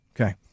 Okay